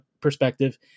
perspective